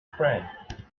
friend